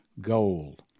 gold